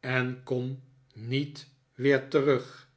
en kom niet weer terug